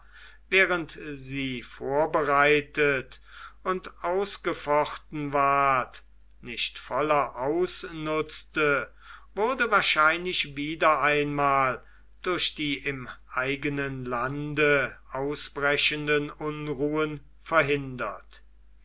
während sie vorbereitet und ausgefochten ward nicht voller ausnutzte wurde wahrscheinlich wieder einmal durch die im eigenen lande ausbrechenden unruhen verhindert